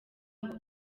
abo